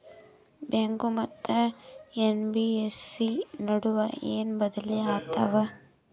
Bank ಮತ್ತ NBFC ನಡುವ ಏನ ಬದಲಿ ಆತವ?